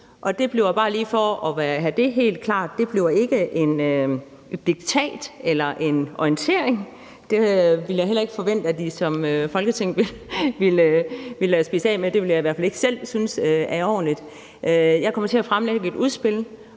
et udspil, og bare lige for at sige det helt klart bliver det ikke et diktat eller en orientering. Det ville jeg heller ikke forvente at I som Folketing ville lade jer spise af med. Det ville jeg i hvert fald ikke selv synes var ordentligt. Jeg kommer til at fremlægge et udspil,